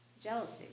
jealousy